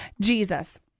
Jesus